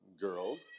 girls